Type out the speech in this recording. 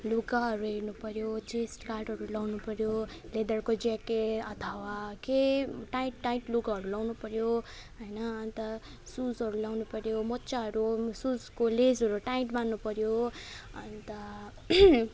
वुगाहरू हेर्नुपर्यो गार्डहरू लाउनुपर्यो लेदरको ज्याकेट अथवा के टाइट टाइट लुगाहरू लगाउनुपर्यो होइन अन्त सुजहरू लगाउनुपर्यो मच्चाहरू सुजको लेसहरू टाइट बान्नुपर्यो अन्त